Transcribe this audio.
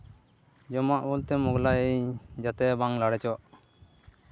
ᱡᱚᱢᱟᱜ ᱵᱳᱞᱛᱮ ᱢᱳᱜᱽᱞᱟᱭ ᱡᱟᱛᱮ ᱵᱟᱝ ᱞᱟᱲᱮᱡᱚᱜ